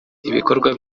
ibikorwa